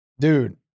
Dude